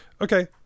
okay